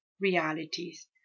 realities